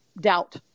doubt